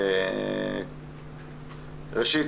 ראשית,